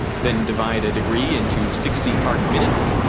then divide a degree into sixty arcminutes